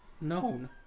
known